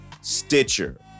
Stitcher